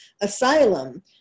asylum